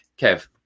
Kev